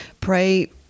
pray